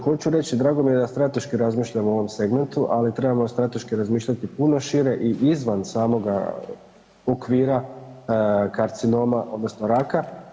Hoću reći, drago mi je da strateški razmišljamo o ovom segmentu, ali trebamo strateški razmišljati puno šire i izvan samoga okvira karcinoma, odnosno raka.